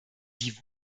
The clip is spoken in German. die